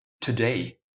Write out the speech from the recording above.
today